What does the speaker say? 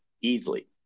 Easily